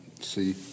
see